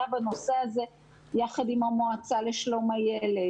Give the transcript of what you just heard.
בנושא הזה יחד עם המועצה לשלום הילד,